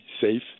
safe